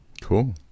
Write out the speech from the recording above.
Cool